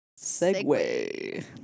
segue